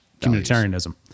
communitarianism